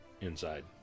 inside